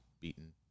beaten